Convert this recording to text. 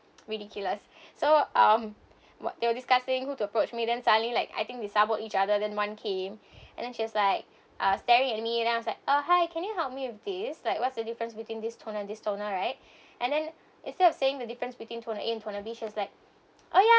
ridiculous so um what they were discussing who to approach me then suddenly like I think they sabo each other then one came and then she was like uh staring at me then I was like uh hi can you help me with this like what's the difference between this toner this toner right and then instead of saying the difference between toner A and toner B she was like oh ya